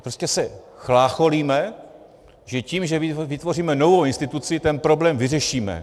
Prostě se chlácholíme, že tím, že vytvoříme novou instituci, ten problém vyřešíme.